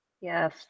Yes